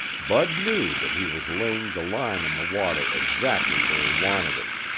bud knew that he was laying the line on the water exactly where he wanted it.